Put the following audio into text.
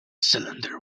cylinder